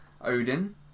Odin